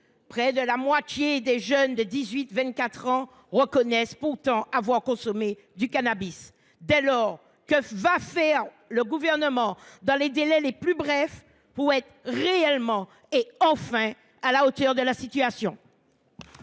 Près de la moitié des jeunes de 18 à 24 ans reconnaissent pourtant avoir consommé du cannabis. Dès lors, que va faire le Gouvernement dans les délais les plus brefs pour être, enfin, réellement à la hauteur de la situation ?